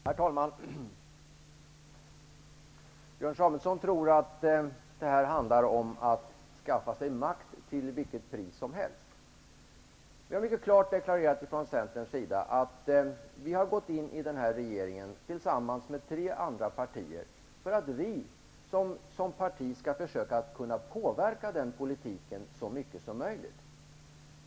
Herr talmn! Björn Samuelson tror att det här handlar om att skaffa sig makt till vilket pris som helst. Vi har från centerns sida mycket klart deklarerat att vi har gått in i den här regeringen tillsammans med tre andra partier för att vi som parti skall försöka påverka politiken så mycket som möjligt.